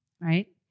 right